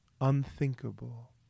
unthinkable